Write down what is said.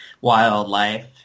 Wildlife